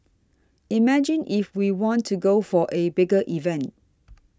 imagine if we want to go for a bigger event